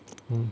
mm